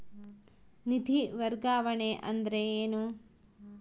ನಿಧಿ ವರ್ಗಾವಣೆ ಅಂದರೆ ಏನು?